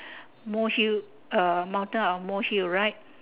molehill uh mountain out of molehill right